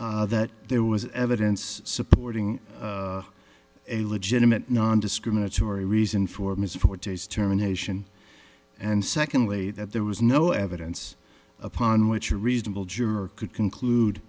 first that there was evidence supporting a legitimate nondiscriminatory reason for ms forte's terminations and secondly that there was no evidence upon which a reasonable juror could conclude